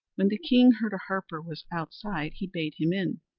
when the king heard a harper was outside he bade him in.